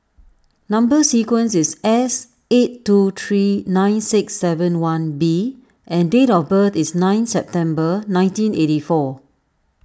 Number Sequence is S eight two three nine six seven one B and date of birth is nine September nineteen eighty four